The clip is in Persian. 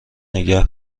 نگه